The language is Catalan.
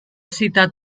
citat